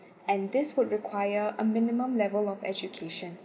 and this would require a minimum level of education